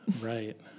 Right